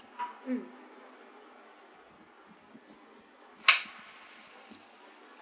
mm